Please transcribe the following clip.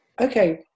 okay